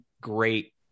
great